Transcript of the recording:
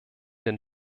den